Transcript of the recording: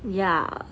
ya